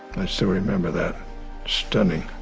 i still remember that stunning